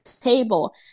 table